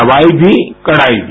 दवाई भी कड़ाई भी